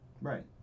Right